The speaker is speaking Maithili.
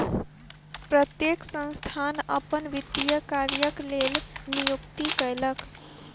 प्रत्येक संस्थान अपन वित्तीय कार्यक लेल नियुक्ति कयलक